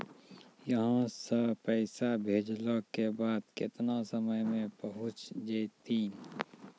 यहां सा पैसा भेजलो के बाद केतना समय मे पहुंच जैतीन?